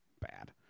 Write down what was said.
bad